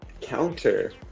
Counter